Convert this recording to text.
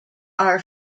are